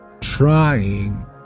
trying